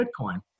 Bitcoin